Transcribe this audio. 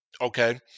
okay